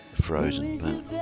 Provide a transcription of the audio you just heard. frozen